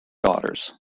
daughters